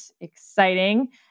Exciting